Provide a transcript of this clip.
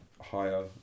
higher